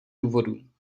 důvodů